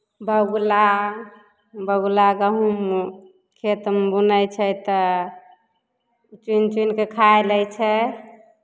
बगुला बगुला गहुम खेतमे बुलै छै तऽ चुनि चुनि कऽ खाए लैत छै